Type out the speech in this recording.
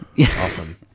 often